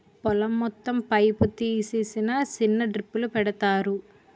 పొలం మొత్తం పైపు తీసి సిన్న సిన్న డ్రిప్పులు పెడతారు